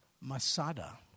Masada